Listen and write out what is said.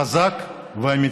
חזק ואמיתי.